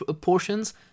portions